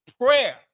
prayer